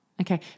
Okay